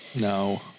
no